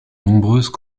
nombreuses